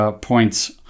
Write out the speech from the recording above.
points